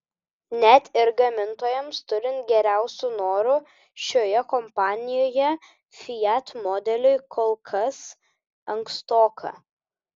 net ir gamintojams turint geriausių norų šioje kompanijoje fiat modeliui kol kas ankstoka